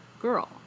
girl